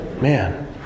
Man